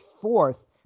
fourth